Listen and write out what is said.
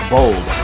Bold